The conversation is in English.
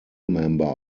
member